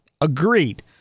Agreed